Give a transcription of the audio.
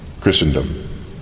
Christendom